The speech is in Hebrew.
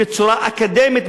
בצורה אקדמית,